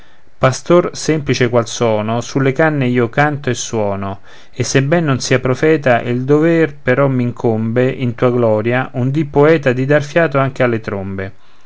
pastor semplice qual sono sulle canne io canto e suono e sebben non sia profeta il dover però m'incombe in tua gloria un dì poeta di dar fiato anche alle trombe